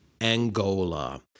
Angola